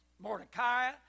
Mordecai